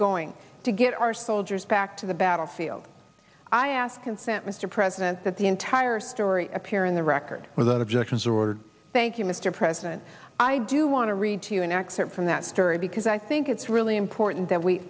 going to get our soldiers back to the battlefield i ask consent mr president that the entire story appear in the record without objections or thank you mr president i do want to read to you an excerpt from that story because i think it's really important that we